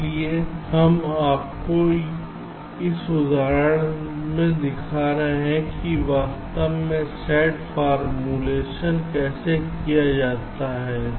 इसलिए हम आपको इस उदाहरण के साथ दिखा रहे हैं कि वास्तव में SAT फॉर्मूलेशन कैसे किया जाता है